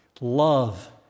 love